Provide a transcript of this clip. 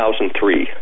2003